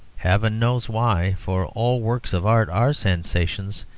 heaven knows why, for all works of art are sensations,